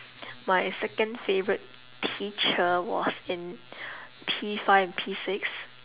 my second favourite teacher was in P five and P six